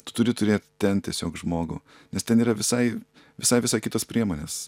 tu turi turėt ten tiesiog žmogų nes ten yra visai visai visai kitos priemonės